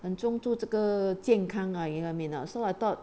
很重注这个健康啊 you know what I mean or not so I thought